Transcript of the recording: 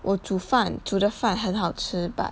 我煮饭煮的饭很好吃 but